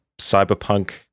cyberpunk